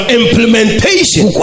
implementation